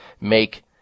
make